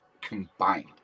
combined